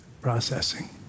processing